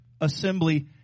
assembly